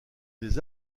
des